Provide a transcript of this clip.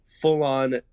full-on